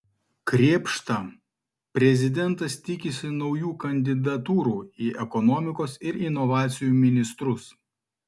krėpšta prezidentas tikisi naujų kandidatūrų į ekonomikos ir inovacijų ministrus